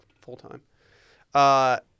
full-time